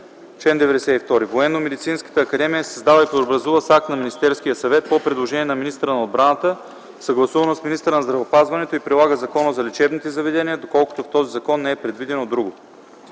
92. (1) Военномедицинската академия се създава и преобразува с акт на Министерския съвет по предложение на министъра на отбраната, съгласувано с министъра на здравеопазването, и прилага Закона за лечебните заведения, доколкото в този закон не е предвидено друго.